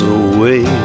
away